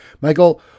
Michael